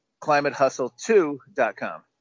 ClimateHustle2.com